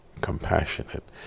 compassionate